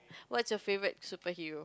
what's your favorite superhero